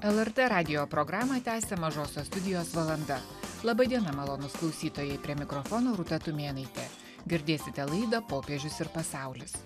lrt radijo programą tęsia mažosios studijos valanda laba diena malonūs klausytojai prie mikrofono rūta tumėnaitė girdėsite laidą popiežius ir pasaulis